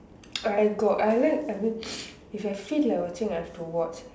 I got I like I mean if I feel like watching I have to watch